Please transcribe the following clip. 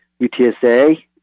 UTSA